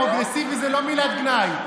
פרוגרסיבי זו לא מילת גנאי.